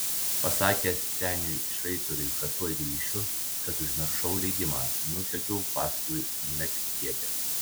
pasakęs seniui šveicoriui kad tuoj grįšiu kad užmiršau leidimą nusekiau paskui meksikietę